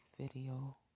Video